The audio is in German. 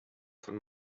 von